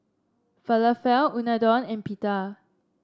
Falafel Unadon and Pita